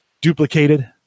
duplicated